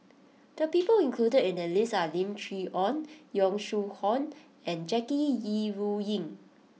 the people included in the list are Lim Chee Onn Yong Shu Hoong and Jackie Yi Ru Ying